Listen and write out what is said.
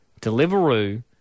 Deliveroo